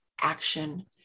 action